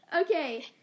Okay